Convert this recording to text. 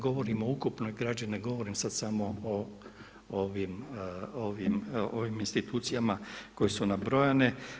Govorimo o ukupnoj građi, ne govorim sada samo o ovim institucijama koje su nabrojane.